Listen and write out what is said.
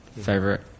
Favorite